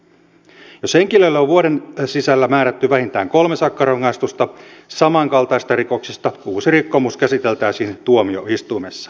jos henkilölle on vuoden sisällä määrätty vähintään kolme sakkorangaistusta samankaltaisista rikoksista uusi rikkomus käsiteltäisiin tuomioistuimessa